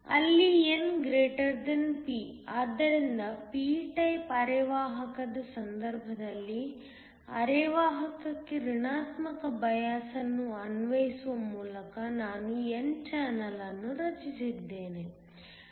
ಆದ್ದರಿಂದ p type ಅರೆವಾಹಕದ ಸಂದರ್ಭದಲ್ಲಿ ಅರೆವಾಹಕಕ್ಕೆ ಋಣಾತ್ಮಕ ಬಯಾಸ್ ಅನ್ನು ಅನ್ವಯಿಸುವ ಮೂಲಕ ನಾನು n ಚಾನಲ್ ಅನ್ನು ರಚಿಸಿದ್ದೇನೆ